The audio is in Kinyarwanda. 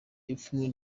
ipfunwe